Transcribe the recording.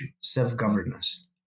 self-governance